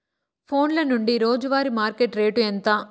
ఫోన్ల నుండి రోజు వారి మార్కెట్ రేటు ఎంత?